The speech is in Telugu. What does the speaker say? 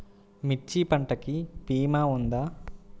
మిర్చి పంటకి భీమా ఉందా?